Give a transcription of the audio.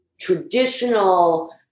traditional